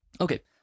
okay